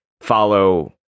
follow